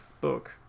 book